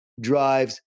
drives